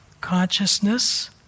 consciousness